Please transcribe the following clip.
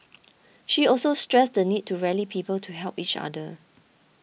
she also stressed the need to rally people to help each other